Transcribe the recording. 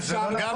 נכון,